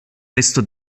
resto